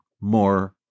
more